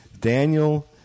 Daniel